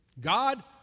God